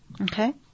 Okay